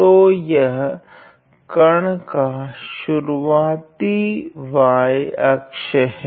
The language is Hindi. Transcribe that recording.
तो यह कण का शुरूआती y अक्ष है